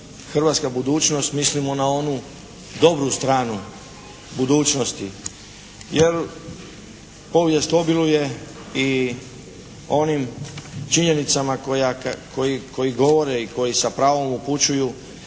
hrvatska budućnost mislimo na onu dobru stranu budućnosti jer povijest obiluje i onim činjenicama koje govore i koje sa pravom upućuju